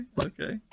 Okay